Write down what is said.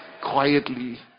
quietly